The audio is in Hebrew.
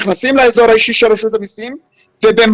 נכנסים לאזור האישי של רשות המסים ובמעמד